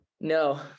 No